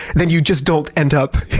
then you just don't end up